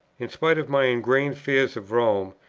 in spite of my ingrained fears of rome,